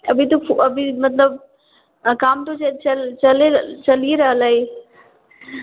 अभी तो अभी मतलब काम तो चल चलि च चलिए रहल अइ